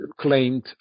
claimed